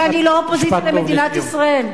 כי אני לא אופוזיציה למדינת ישראל.